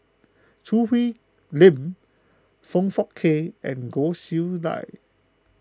Choo Hwee Lim Foong Fook Kay and Goh Chiew Lye